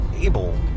able